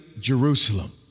Jerusalem